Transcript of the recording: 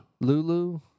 Lulu